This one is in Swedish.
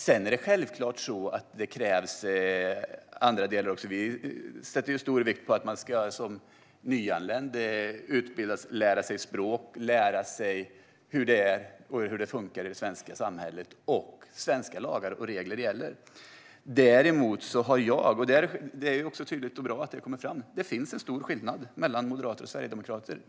Sedan krävs det självklart andra delar också. Vi lägger stor vikt vid att man som nyanländ ska lära sig språket, hur det fungerar i det svenska samhället och att svenska lagar och regler gäller. Däremot finns det - och det är bra att det kommer fram - en stor skillnad mellan moderater och sverigedemokrater.